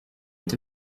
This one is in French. est